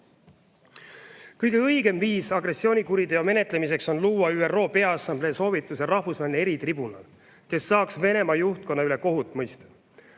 Kõige õigem viis agressioonikuriteo menetlemiseks on luua ÜRO Peaassamblee soovitusel rahvusvaheline eritribunal, kes saaks Venemaa juhtkonna üle kohut mõista.